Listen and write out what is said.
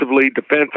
defensively